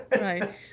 right